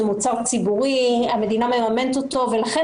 זה מוצר ציבורי שהמדינה מממנת אותו ולכן,